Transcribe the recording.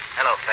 Hello